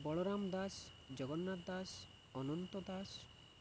Balaram Das Jagannath Das Ananta Das